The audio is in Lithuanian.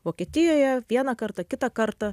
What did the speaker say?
vokietijoje vieną kartą kitą kartą